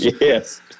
Yes